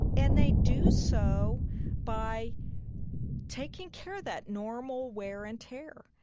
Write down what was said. and they do so by taking care of that normal wear and tear.